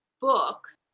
books